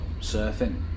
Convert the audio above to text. surfing